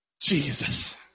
Jesus